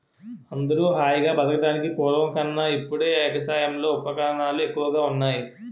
అందరూ హాయిగా బతకడానికి పూర్వం కన్నా ఇప్పుడే ఎగసాయంలో ఉపకరణాలు ఎక్కువగా ఉన్నాయ్